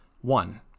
one